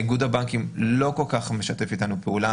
איגוד הבנקים לא כל-כך משתף איתנו פעולה.